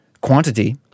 quantity